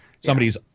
somebody's